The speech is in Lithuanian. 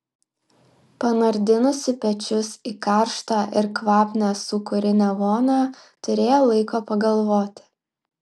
panardinusi pečius į karštą ir kvapnią sūkurinę vonią turėjo laiko pagalvoti